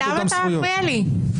קינלי, למה אתה מפריע לי?